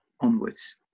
onwards